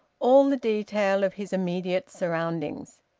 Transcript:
all the detail of his immediate surroundings.